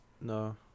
No